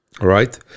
right